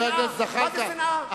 חבר הכנסת זחאלקה,